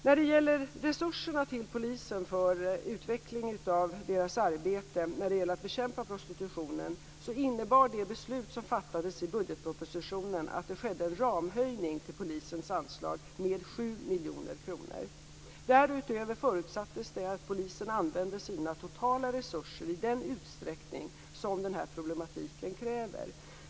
När det gäller resurserna till polisen för utveckling av deras arbete med att bekämpa prostitutionen innebar det beslut som fattades när budgetpropositionen antogs att det skedde en ramhöjning till polisens anslag med 7 miljoner kronor. Därutöver förutsattes att polisen skulle använda sina totala resurser i den utsträckning som den här problematiken kräver.